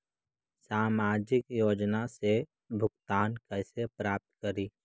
सामाजिक योजना से भुगतान कैसे प्राप्त करी?